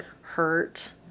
hurt